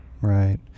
Right